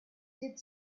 did